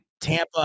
Tampa